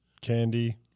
candy